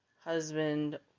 husband